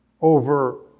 over